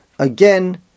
Again